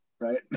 Right